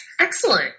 Excellent